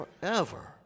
forever